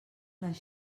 les